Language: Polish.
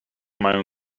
mają